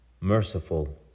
merciful